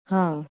હા